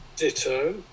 Ditto